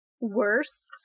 worse